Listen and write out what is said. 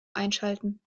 einschalten